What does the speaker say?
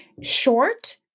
short